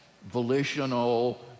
volitional